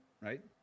Right